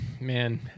man